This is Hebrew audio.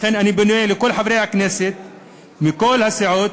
לכן, אני פונה לכל חברי הכנסת מכל הסיעות,